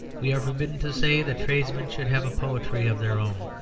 we are forbidden to say that tradesmen should have a poetry of their own,